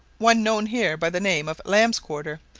one known here by the name of lamb's quarter,